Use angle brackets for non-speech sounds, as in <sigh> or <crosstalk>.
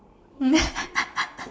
<laughs>